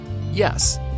Yes